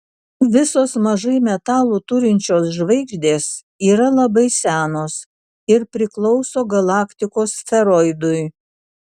visos mažai metalų turinčios žvaigždės yra labai senos ir priklauso galaktikos sferoidui